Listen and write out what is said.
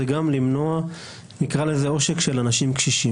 זה גם למנוע עושק של אנשים קשישים.